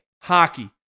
hockey